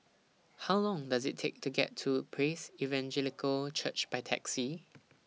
How Long Does IT Take to get to Praise Evangelical Church By Taxi